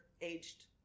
aged